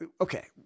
Okay